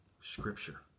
Scripture